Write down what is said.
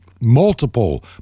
multiple